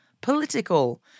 political